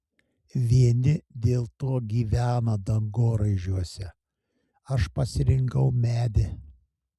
vieni dėl to gyvena dangoraižiuose aš pasirinkau medį